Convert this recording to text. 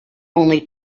only